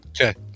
Okay